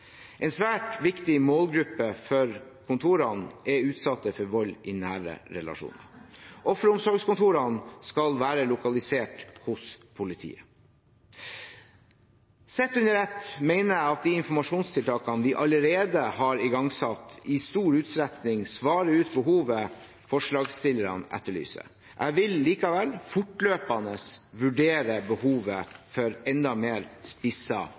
En svært viktig målgruppe for kontorene er utsatte for vold i nære relasjoner. Offeromsorgskontorene skal være lokalisert hos politiet. Sett under ett mener jeg at de informasjonstiltakene vi allerede har igangsatt i stor utstrekning, svarer ut behovet forslagsstillerne etterlyser. Jeg vil likevel fortløpende vurdere behovet for enda mer